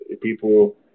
people